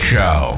Show